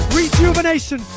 Rejuvenation